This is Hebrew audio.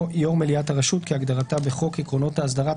"יושב-ראש מליאת הרשות כהגדרתה בחוק עקרונות האסדרה,